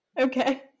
Okay